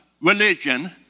religion